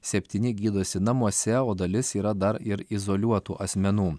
septyni gydosi namuose o dalis yra dar ir izoliuotų asmenų